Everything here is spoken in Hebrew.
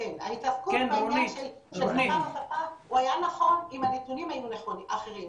שההתעסקות בעניין של שפה היה נכון אם הנתונים היו אחרים,